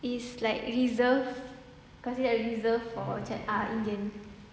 is like reserved considered a reserved for chi~ ah indian